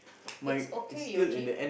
it's okay Yuji